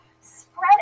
spread